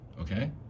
Okay